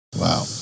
wow